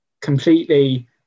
completely